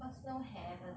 personal haven